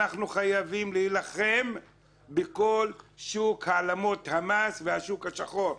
אנחנו חייבים להילחם בכל שוק העלמות המס והשוק השחור,